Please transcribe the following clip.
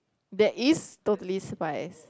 there is Totally Spies